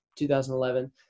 2011